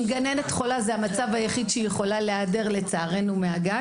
זה המצב היחיד שהיא יכולה להיעדר, לצערנו מהגן.